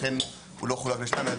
לכן הוא לא חולק לשניים.